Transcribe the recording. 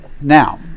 now